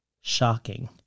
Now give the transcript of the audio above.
shocking